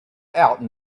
out